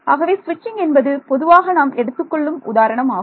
ஆகவே சுவிட்சிங் என்பது பொதுவாக நாம் எடுத்துக்கொள்ளும் உதாரணமாகும்